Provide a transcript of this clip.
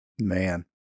Man